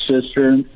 sister